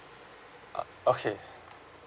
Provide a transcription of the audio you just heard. ah okay